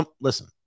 listen